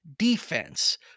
Defense